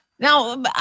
Now